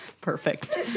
Perfect